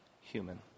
human